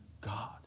God